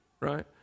right